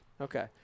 Okay